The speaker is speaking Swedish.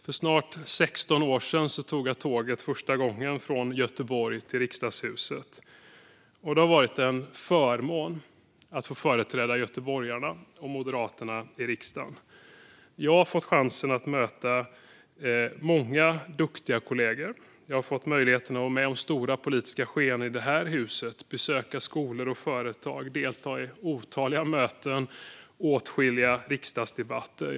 För snart 16 år sedan tog jag första gången tåget från Göteborg till Riksdagshuset. Det har varit en förmån att få företräda göteborgarna och Moderaterna i riksdagen. Jag har fått chansen att möta många duktiga kollegor. Jag har fått möjlighet att vara med om stora politiska skeenden i detta hus, besöka skolor och företag, delta i otaliga möten och åtskilliga riksdagsdebatter.